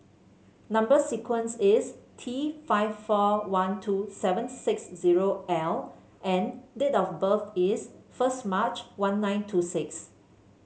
number sequence is T five four one two seven six zero L and date of birth is first March one nine two six